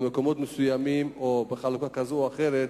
במקומות מסוימים או בחלוקה כזאת או אחרת,